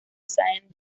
sáenz